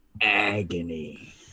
agony